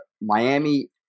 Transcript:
Miami